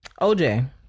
OJ